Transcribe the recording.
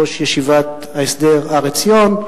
ראש ישיבת ההסדר "הר עציון",